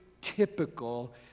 typical